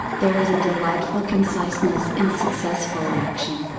there is a delightful conciseness in successful action.